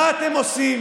מה אתם עושים,